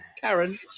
Karen